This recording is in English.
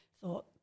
thought